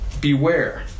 Beware